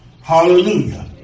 hallelujah